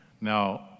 Now